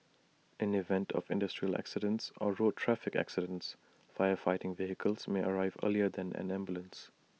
in event of industrial accidents or road traffic accidents fire fighting vehicles may arrive earlier than an ambulance